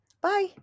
bye